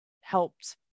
helped